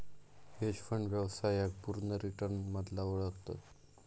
hedge fund व्यवसायाक पुर्ण return मधना ओळखतत